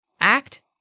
Act